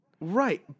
Right